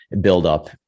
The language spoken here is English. buildup